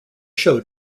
show